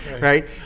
right